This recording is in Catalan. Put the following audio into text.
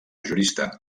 jurista